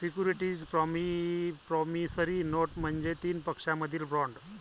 securities promissory note म्हणजे तीन पक्षांमधील बॉण्ड